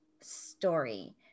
story